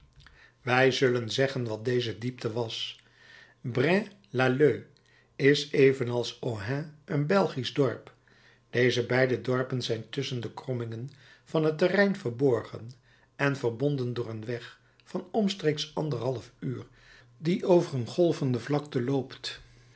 wij zullen zeggen wat deze diepte was braine lalleud is evenals ohain een belgisch dorp deze beide dorpen zijn tusschen de krommingen van het terrein verborgen en verbonden door een weg van omstreeks anderhalf uur die over een golvende vlakte loopt